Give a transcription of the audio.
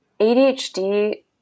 ADHD